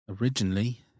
originally